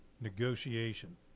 negotiation